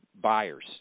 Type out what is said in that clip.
buyers